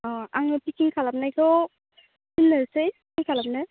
अ आङो पिकिं खालामनायखौ थिननोसै फन खालामनो